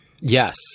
Yes